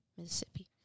Mississippi